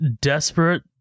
desperate